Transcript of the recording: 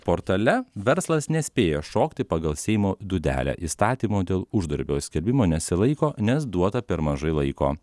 portale verslas nespėja šokti pagal seimo dūdelę įstatymo dėl uždarbio skelbimo nesilaiko nes duota per mažai laiko